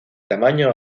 tamaño